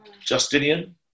Justinian